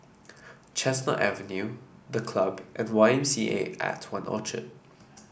Chestnut Avenue The Club and Y M C A At One Orchard